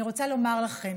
אני רוצה לומר לכן